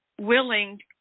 willing